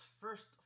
first